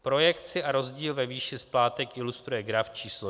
Projekci a rozdíl ve výši splátek ilustruje graf č.